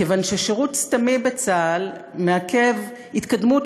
כיוון ששירות סתמי בצה"ל מעכב התקדמות,